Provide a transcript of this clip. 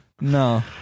no